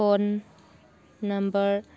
phone number